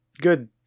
good